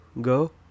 go